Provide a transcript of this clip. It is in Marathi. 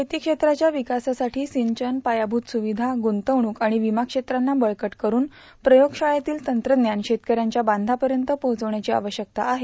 शेती क्षेत्राच्या विकासासाठी सिंचन पायाभूत सुविधा गुंतवणूक आणि विमा क्षेत्रांना बळकट करून प्रयोगशाळेतील तंत्रज्ञान शेतकऱ्यांच्या बांधापर्यत पोहोचविण्याची आवश्यकता आहे